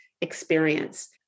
experience